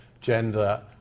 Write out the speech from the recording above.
gender